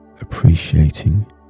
appreciating